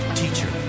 teacher